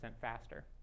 faster